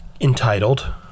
entitled